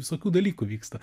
visokių dalykų vyksta